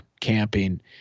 camping